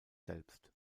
selbst